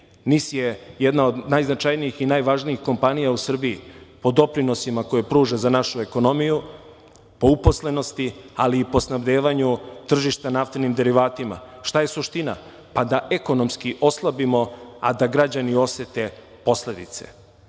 NIS je jedna od najznačajnijih i najvažnijih kompanija u Srbiji u doprinosima koje pruža za našu ekonomiju, po uposlenosti, ali i po snabdevanju tržišta naftnim derivatima. Šta je suština? Pa da ekonomski oslabimo a da građani osete posledice